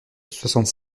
soixante